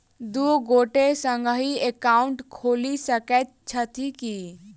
दु गोटे संगहि एकाउन्ट खोलि सकैत छथि की?